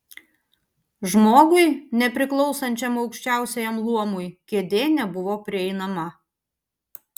žmogui nepriklausančiam aukščiausiajam luomui kėdė nebuvo prieinama